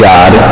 God